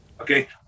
Okay